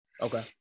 Okay